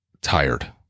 tired